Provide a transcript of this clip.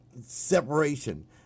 separation